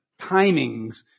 timings